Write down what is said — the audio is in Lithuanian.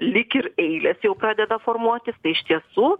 lyg ir eilės jau pradeda formuotis tai iš tiesų